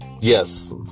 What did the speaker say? yes